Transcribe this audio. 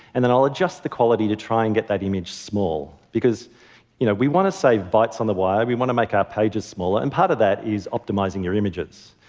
and then i'll adjust the quality to try and get that image small because you know we want to save bytes on the wire, we want to make our pages smaller. and part of that is optimizing your images.